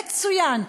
מצוין,